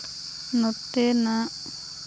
ᱱᱚᱛᱮ ᱱᱟᱜ